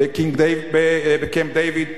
בקמפ-דייוויד.